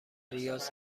ریاض